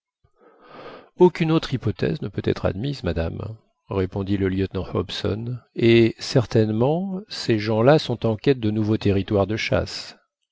aucune autre hypothèse ne peut être admise madame répondit le lieutenant hobson et certainement ces gens-là sont en quête de nouveaux territoires de chasse